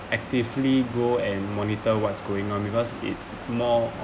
actively go and monitor what's going on because it's more